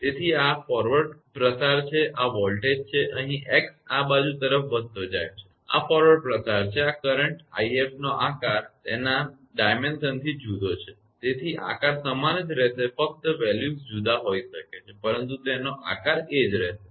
તેથી આ એક ફોરવર્ડ પ્રસાર છે આ વોલ્ટેજ છે અહીં x આ બાજુ તરફ વધતો જાય છે અને આ ફોરવર્ડ પ્રસાર છે આ કરંટ 𝑖𝑓 નો આકાર તેના પરિમાણ થી જુદો છે તેથી આકાર સમાન જ રહેશે ફકત મૂલ્યો જુદા હોઈ શકે છે પરંતુ તેનો આકાર એજ રહેશે